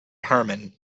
herman